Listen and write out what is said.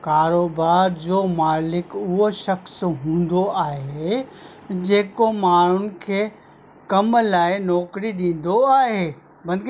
कारोबार जो मालिक उहो शख़्स हूंदो आहे जेको माण्हुनि खे कम लाइ नौकरी ॾींदो आहे